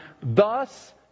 Thus